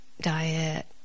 diet